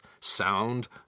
sound